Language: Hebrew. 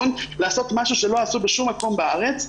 לעשות משהו שלא עשו בשום מקום בארץ,